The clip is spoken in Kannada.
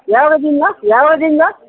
ಯಾವಾಗಿಂದ ಯಾವದಿಂದ